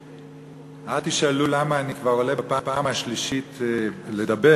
אל תשאלו למה אני עולה כבר בפעם השלישית לדבר,